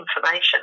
information